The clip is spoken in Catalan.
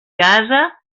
gaza